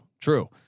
True